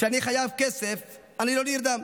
כשאני חייב כסף, אני לא נרדם.